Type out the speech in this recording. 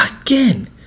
again